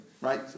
right